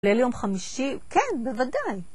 ליל יום חמישי? -כן, בוודאי!